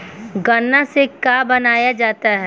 गान्ना से का बनाया जाता है?